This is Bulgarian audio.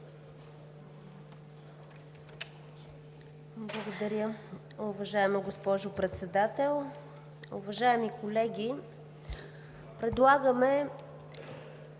Благодаря, уважаема госпожо Председател. Уважаеми колеги, предлагаме